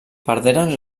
perderen